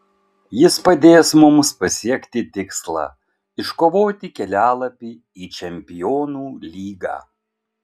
jis padės mums pasiekti tikslą iškovoti kelialapį į čempionų lygą